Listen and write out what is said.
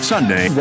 Sunday